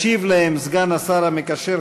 ישיב להם סגן השר המקשר,